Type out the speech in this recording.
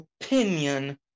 opinion